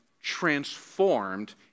transformed